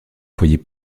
foyer